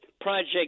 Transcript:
project